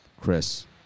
Chris